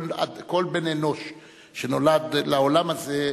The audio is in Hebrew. כל בן-אנוש שנולד לעולם הזה,